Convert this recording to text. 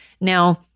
Now